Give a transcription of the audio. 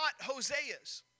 Hosea's